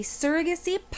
surrogacy